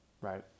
right